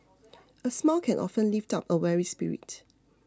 a smile can often lift up a weary spirit